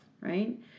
right